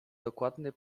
dokładny